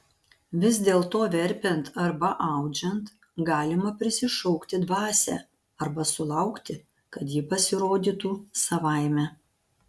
vis dėlto verpiant arba audžiant galima prisišaukti dvasią arba sulaukti kad ji pasirodytų savaime